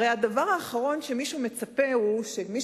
הרי הדבר האחרון שמישהו מצפה לו הוא שמי